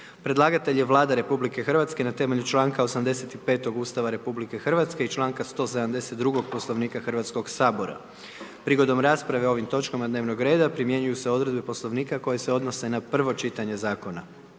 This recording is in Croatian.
Predlagatelj je Vlada RH na temelju članka 85 Ustava RH i članka 172 Poslovnika Hrvatskog sabora. Prigodom rasprave o ovim točkama dnevnog reda primjenjuju se odredbe Poslovnika koje se odnose na prvo čitanje zakona.